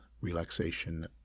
relaxation